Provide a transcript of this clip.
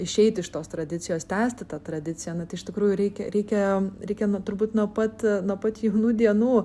išeiti iš tos tradicijos tęsti tą tradiciją na tai iš tikrųjų reikia reikia reikia nuo turbūt nuo pat nuo pat jaunų dienų